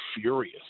furious